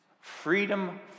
freedom